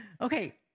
Okay